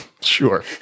Sure